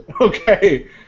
Okay